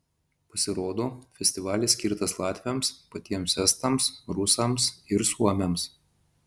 pasirodo festivalis skirtas latviams patiems estams rusams ir suomiams